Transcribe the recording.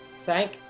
thank